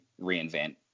reinvent